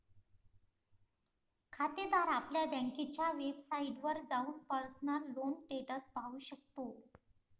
खातेदार आपल्या बँकेच्या वेबसाइटवर जाऊन पर्सनल लोन स्टेटस पाहू शकतो